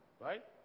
Right